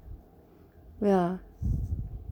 ya